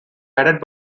added